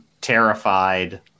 terrified